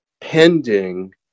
pending